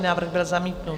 Návrh byl zamítnut.